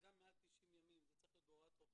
וגם מעל 90 ימים זה צריך להיות בהוראת רופא